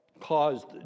caused